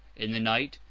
in the night,